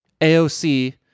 AOC